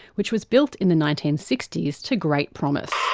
which was built in the nineteen sixty s to great promise.